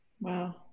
Wow